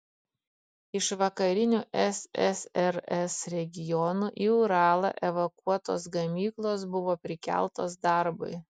iš vakarinių ssrs regionų į uralą evakuotos gamyklos buvo prikeltos darbui